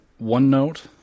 OneNote